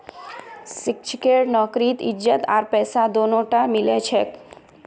शिक्षकेर नौकरीत इज्जत आर पैसा दोनोटा मिल छेक